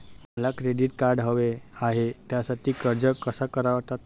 मला credit card हवे आहे त्यासाठी अर्ज कसा करतात?